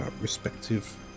respective